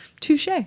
touche